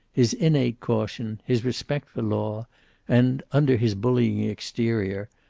his innate caution, his respect for law and, under his bullying exterior,